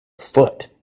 foot